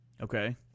Okay